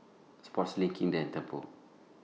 Sportslink Kinder and Tempur